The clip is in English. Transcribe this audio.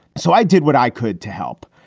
so i did what i could to help,